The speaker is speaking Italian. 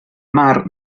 mar